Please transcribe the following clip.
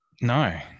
No